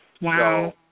Wow